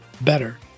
better